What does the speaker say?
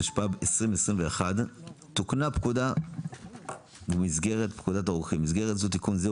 התשפ"ב-2021 תוקנה פקודת הרוקחים ובמסגרת תיקון זה,